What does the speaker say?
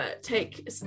take